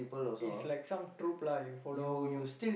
is like some troop lah you follow